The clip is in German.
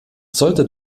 sollte